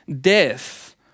death